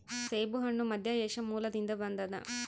ಸೇಬುಹಣ್ಣು ಮಧ್ಯಏಷ್ಯಾ ಮೂಲದಿಂದ ಬಂದದ